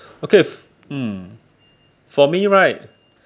okay f~ mm for me right